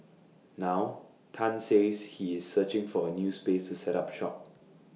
now Tan says he is searching for A new space to set up shop